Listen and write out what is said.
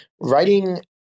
writing